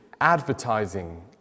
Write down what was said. advertising